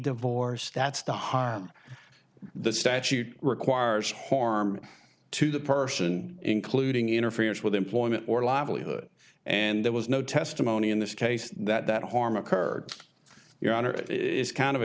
divorced that's the harm the statute requires harm to the person including interferes with employment or livelihood and there was no testimony in this case that that harm occurred your honor it is kind of